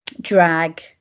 drag